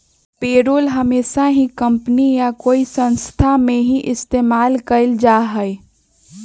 payroll हमेशा ही company या कोई संस्था में ही इस्तेमाल कइल जाहई